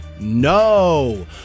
No